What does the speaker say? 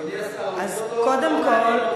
אז קודם כול,